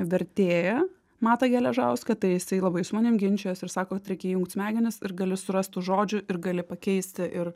vertėją matą geležauską tai jisai labai su manim ginčijos ir sako tereikia įjungt smegenis ir gali surast tų žodžių ir gali pakeisti ir